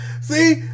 See